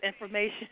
information